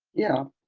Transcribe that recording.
yeah,